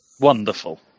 Wonderful